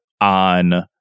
on